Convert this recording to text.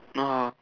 (uh huh)